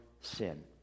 sin